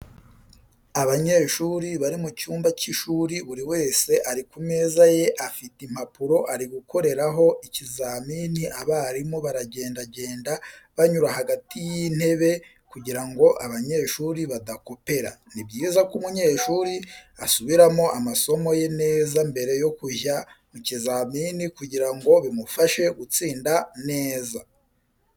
Abanyeshuri bari mu cyumba cy'ishuri buri wese ari ku meza ye afite impapuro ari gukoreraho ikizamini abarimu baragendagenda banyura hagati y'itebe kugira ngo abanyeshuri badakopera. Ni byiza ko umunyeshuri asubiramo amasomo ye neza mbere yo kujya mu kizamini kugira ngo bimufashe gutsinda neza.